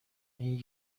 این